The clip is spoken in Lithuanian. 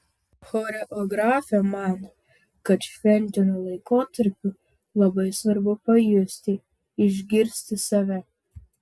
choreografė mano kad šventiniu laikotarpiu labai svarbu pajusti išgirsti save